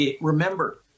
remember